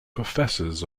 professors